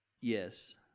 Yes